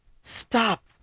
Stop